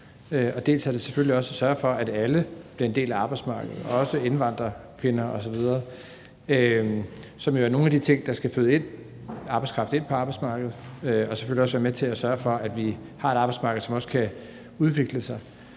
forhold til selvfølgelig at sørge for, at alle bliver en del af arbejdsmarkedet, også indvandrerkvinder osv., hvilket jo er noget af det, der skal føde arbejdskraft ind på arbejdsmarkedet og selvfølgelig også være med til at sørge for, at vi har et arbejdsmarked, som også kan udvikle sig.